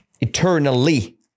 eternally